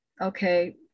okay